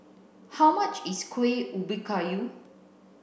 how much is Kueh Ubi Kayu